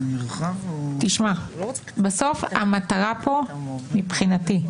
בסוף המטרה כאן מבחינתי,